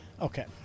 Okay